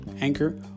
Anchor